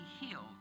healed